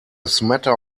smatter